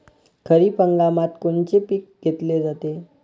खरिप हंगामात कोनचे पिकं घेतले जाते?